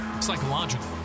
psychological